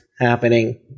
happening